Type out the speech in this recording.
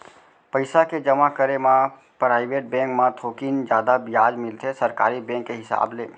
पइसा के जमा करे म पराइवेट बेंक म थोकिन जादा बियाज मिलथे सरकारी बेंक के हिसाब ले